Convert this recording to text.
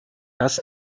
das